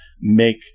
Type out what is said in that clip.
make